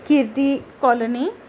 Kirti colony